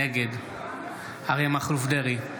נגד אריה מכלוף דרעי,